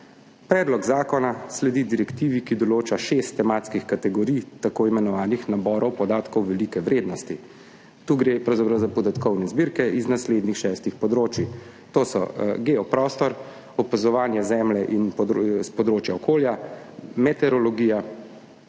Predlog zakona sledi direktivi, ki določa šest tematskih kategorij tako imenovanih naborov podatkov velike vrednosti. Tu gre pravzaprav za podatkovne zbirke z naslednjih šestih področij. To so: geoprostor, opazovanje Zemlje s področja okolja, meteorologija,